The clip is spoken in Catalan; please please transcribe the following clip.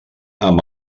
amb